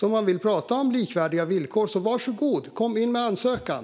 Om man vill prata om likvärdiga villkor, varsågod, kom in med ansökan!